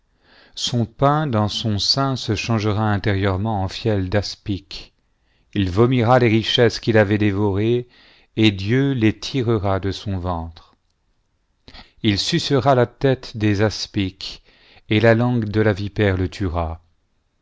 son pain dans son sein se changera intérieurement en fiel d'aspic il vomira les richesses qu'il avait dévorées et dieu les tirera de son ventre il sucera la tête des aspics et la langue de la vipère le tuera